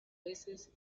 veces